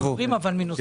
אנחנו סוטים מהנושא.